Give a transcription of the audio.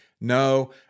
no